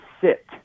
sit